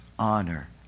honor